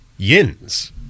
Yins